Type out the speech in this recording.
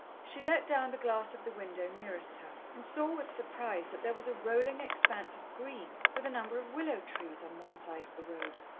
she let down the glass of the window nearest her, and saw, with surprise, that there was a rolling expanse of green, with a number of willow-trees, on one side of the road.